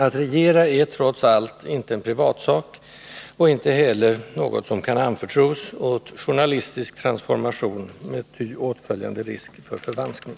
Att regera är trots allt inte en privatsak och inte heller något som kan anförtros åt journalistisk transformation med ty åtföljande risk för förvanskning.